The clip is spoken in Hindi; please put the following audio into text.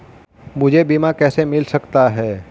मुझे बीमा कैसे मिल सकता है?